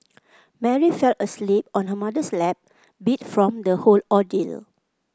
Mary fell asleep on her mother's lap beat from the whole ordeal